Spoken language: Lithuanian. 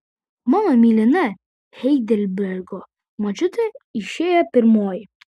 mano mylima heidelbergo močiutė išėjo pirmoji